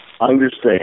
Understand